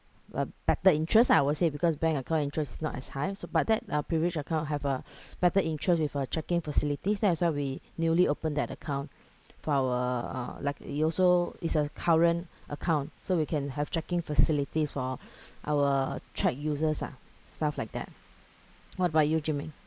a better interest ah I would say because bank account interest not as high so but that uh privilege account have a better interest with uh checking facilities then as well we newly open that account for our uh like you also it's a current account so we can have checking facilities for our track users ah stuff like that what about you ji min